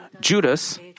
Judas